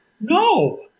No